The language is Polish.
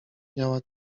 miała